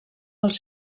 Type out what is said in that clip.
pels